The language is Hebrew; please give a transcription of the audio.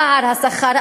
פער השכר.